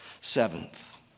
Seventh